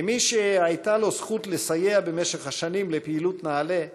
כמי שהייתה לו הזכות לסייע במשך השנים לפעילות נעל"ה,